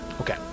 Okay